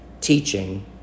teaching